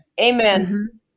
Amen